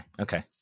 Okay